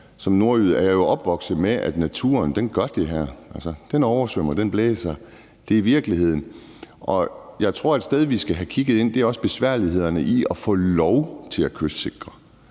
jo godt, fordi jeg er opvokset med det, at naturen gør det her, altså den oversvømmer og den blæser. Det er virkeligheden. Noget, jeg også tror vi skal have kigget på, er besværlighederne ved at få lov til at kystsikre.